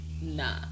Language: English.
nah